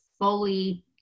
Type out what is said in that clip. fully